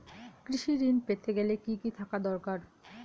কৃষিঋণ পেতে গেলে কি কি থাকা দরকার?